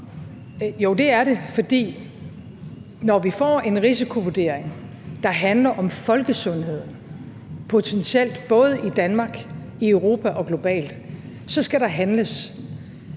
Jo, det er det, for når vi får en risikovurdering, der handler om folkesundheden, potentielt både i Danmark, i Europa og globalt, så skal der handles,